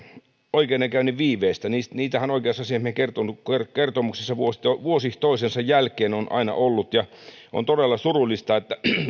oikeudenkäynnin viiveistä niitähän oikeusasiamiehen kertomuksessa vuosi vuosi toisensa jälkeen on aina ollut on todella surullista että